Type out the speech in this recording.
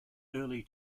early